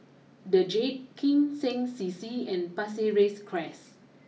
the Jade Kim Seng C C and Pasir Ris Crest